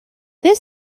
this